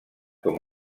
com